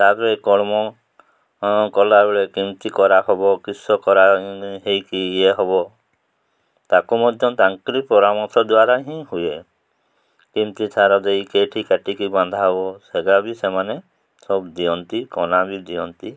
ତା'ପରେ କର୍ମ କଲାବେଳେ କେମିତି କରାହବ କିସ କରା ହେଇକି ଇଏ ହବ ତାକୁ ମଧ୍ୟ ତାଙ୍କରି ପରାମର୍ଶ ଦ୍ୱାରା ହିଁ ହୁଏ କେମିତି ଥାର ଦେଇକି କାଟିକି ବାନ୍ଧା ହବ ସେଗା ବି ସେମାନେ ସବୁ ଦିଅନ୍ତି ବି ଦିଅନ୍ତି